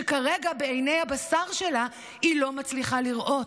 שכרגע בעיני הבשר שלה היא לא מצליחה לראות.